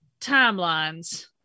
timelines